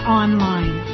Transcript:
online